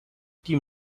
tim